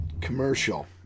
commercial